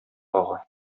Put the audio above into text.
ага